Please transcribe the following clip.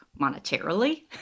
monetarily